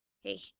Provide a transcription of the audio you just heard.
Hey